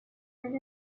and